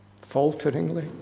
Falteringly